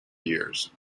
years